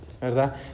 ¿Verdad